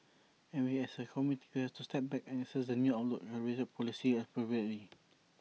and we as A committee will have to step back and assess the new outlook and calibrate policy appropriately